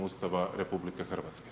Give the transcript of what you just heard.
Ustava RH.